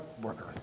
worker